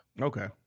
Okay